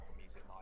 Music